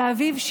ואביו,